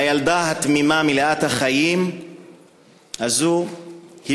הילדה התמימה ומלאת החיים הזאת היא